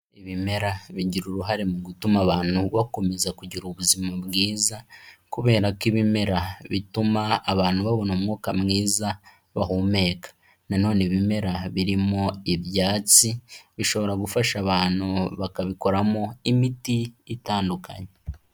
Ibimera bigira uruhare mu gutuma abantu bakomeza kugira ubuzima bwiza kubera ko ibimera bituma abantu babona umwuka mwiza bahumeka, nanone ibimera birimo ibyatsi bishobora gufasha abantu bakabikoramo imiti itandukanye.